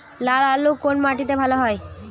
লাল আলু কোন মাটিতে ভালো হয়?